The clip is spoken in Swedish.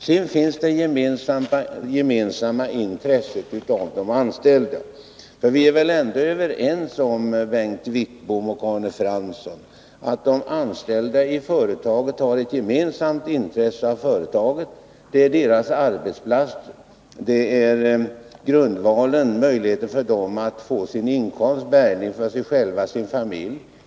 Sedan är vi väl ändå överens om, Bengt Wittbom och Arne Fransson, att de anställda har ett gemensamt intresse av företaget. Det är deras arbetsplats och grundvalen för den anställde när det gäller att få bärgning för sig och sin familj.